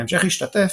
בהמשך השתתף,